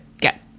get